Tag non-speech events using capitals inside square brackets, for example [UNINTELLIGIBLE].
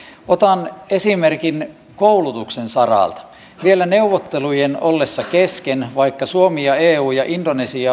otan esimerkin koulutuksen saralta vielä neuvottelujen ollessa kesken vaikka suomi ja eu ja indonesia [UNINTELLIGIBLE]